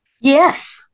Yes